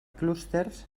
clústers